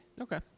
Okay